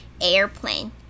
airplane